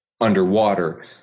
underwater